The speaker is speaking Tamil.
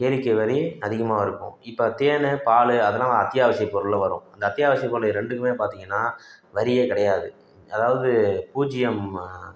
கேளிக்கை வரி அதிகமாக இருக்கும் இப்போ தேன் பால் அதெல்லாம் அத்தியாவசியப் பொருளில் வரும் அந்த அத்தியாவசியப் பொருள் ரெண்டுக்குமே பார்த்திங்கன்னா வரியே கிடையாது அதாவது பூஜ்யம்